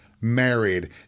married